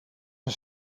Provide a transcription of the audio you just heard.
een